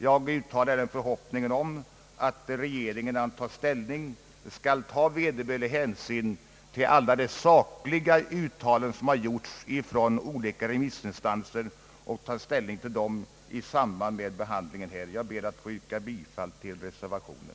Jag uttalar den förhoppningen att regeringen, innan den tar ställning, skall ta hänsyn till alla de sakliga uttalanden, som har gjorts av de olika remissinstanserna, vid behandlingen av denna fråga. Jag ber att få yrka bifall till reservationen.